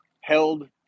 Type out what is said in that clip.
held